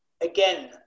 again